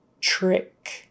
trick